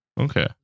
Okay